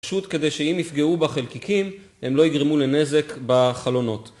פשוט כדי שאם יפגעו בה חלקיקים, הם לא יגרמו לנזק בחלונות.